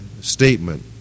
statement